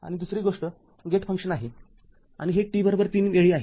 आणि दुसरी गोष्ट गेट फंक्शन आहे आणि हे t३ वेळी आहे